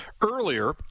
earlier